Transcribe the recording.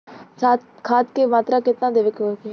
खाध के मात्रा केतना देवे के होखे?